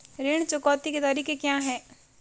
ऋण चुकौती के तरीके क्या हैं?